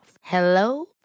Hello